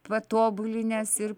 patobulinęs ir